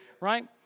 Right